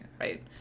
right